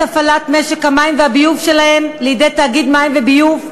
הפעלת משק המים והביוב שלהן לידי תאגיד מים וביוב,